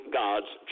god's